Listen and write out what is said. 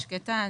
ישבתי שקטה.